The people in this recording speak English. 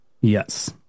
Yes